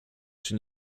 czy